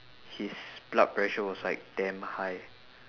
his blood pressure was like damn high